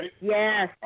Yes